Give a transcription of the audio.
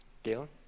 Galen